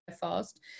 fast